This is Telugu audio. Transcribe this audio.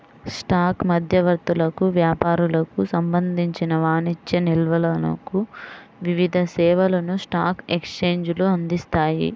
స్టాక్ మధ్యవర్తులకు, వ్యాపారులకు సంబంధించిన వాణిజ్య నిల్వలకు వివిధ సేవలను స్టాక్ ఎక్స్చేంజ్లు అందిస్తాయి